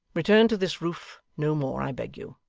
return to this roof no more, i beg you.